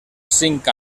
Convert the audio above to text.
cinc